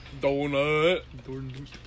Donut